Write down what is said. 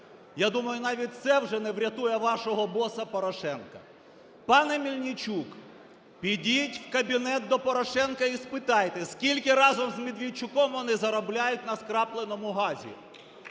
я думаю, навіть це вже не врятує вашого боса Порошенка. Пане Мельничук, підіть в кабінет до Порошенка і спитайте, скільки разом з Медведчуком вони заробляють на скрапленому газі?